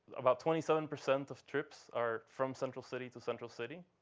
about twenty seven percent of trips are from central city to central city.